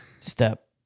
Step